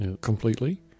completely